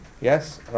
Yes